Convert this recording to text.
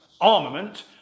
armament